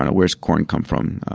and where does corn come from?